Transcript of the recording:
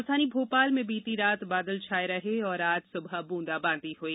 राजधानी भोपाल में बीती रात बादल छाये रहे और आज सुबह ब्रंदाबांदी हई